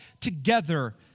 together